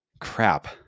crap